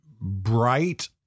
bright